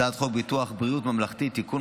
הצעת חוק ביטוח בריאות ממלכתי (תיקון,